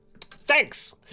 thanks